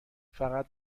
فقط